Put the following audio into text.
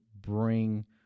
bring